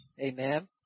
amen